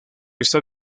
está